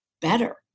better